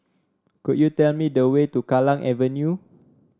could you tell me the way to Kallang Avenue